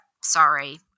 sorry